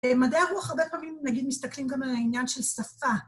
מדעי הרוח הרבה פעמים, נגיד, מסתכלים גם על העניין של שפה.